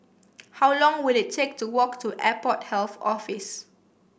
how long will it take to walk to Airport Health Office